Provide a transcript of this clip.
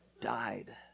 died